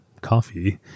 coffee